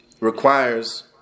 requires